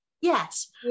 Yes